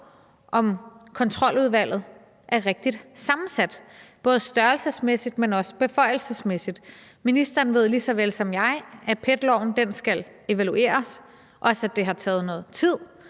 om Kontroludvalget er rigtigt sammensat, både størrelsesmæssigt, men også beføjelsesmæssigt. Ministeren ved lige så vel som jeg, at PET-loven skal evalueres, og også, at det har taget noget tid